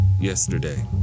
yesterday